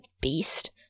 beast